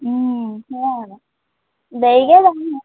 অঁ দেৰিকৈ যাম ন'